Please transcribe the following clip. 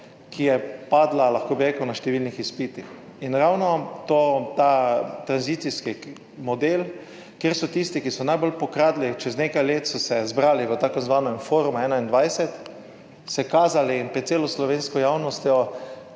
ki je padla, lahko bi rekel, na številnih izpitih. In ravno to, ta tranzicijski model, kjer so tisti, ki so najbolj pokradli, čez nekaj let so se zbrali v t. i. Forumu 21, se kazali in pred celo slovensko javnostjo